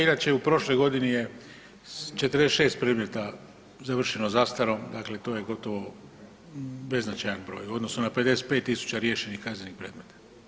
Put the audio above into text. Inače u prošloj godini je 46 predmeta završeno zastarom, dakle to je gotovo beznačajan broj u odnosu na 55.000 riješenih kaznenih predmeta.